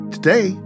Today